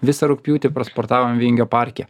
visą rugpjūtį pasportavom vingio parke